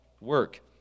work